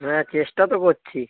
হ্যাঁ চেষ্টা তো করছি